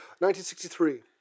1963